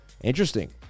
Interesting